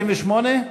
28?